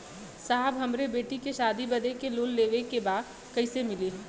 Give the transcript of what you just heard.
साहब हमरे बेटी के शादी बदे के लोन लेवे के बा कइसे मिलि?